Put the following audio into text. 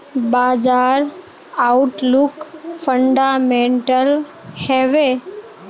बाजार outlook fundamental हैवै?